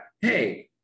hey